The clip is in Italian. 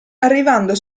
arrivando